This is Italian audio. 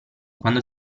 quando